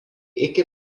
iki